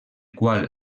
qual